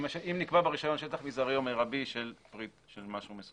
אם נקבע ברישיון שטח מזערי או מרבי של משהו מסוים.